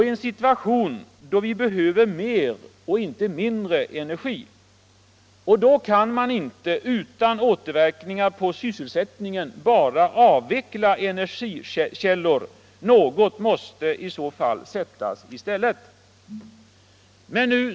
I en situation då vi behöver mer och inte mindre energi kan man inte utan återverkningar på sysselsättningen bara avveckla energikällor. Något måste i så fall sättas i stället.